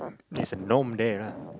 there's a norm there lah